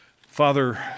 Father